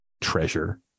treasure